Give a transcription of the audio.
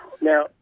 Now